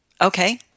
Okay